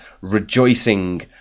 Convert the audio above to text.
rejoicing